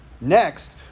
Next